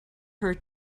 her